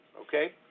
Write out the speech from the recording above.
Okay